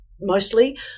Mostly